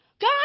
God